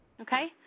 okay